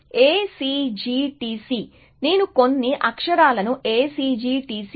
కాబట్టి నేను కొన్ని అక్షరాలను A C G T C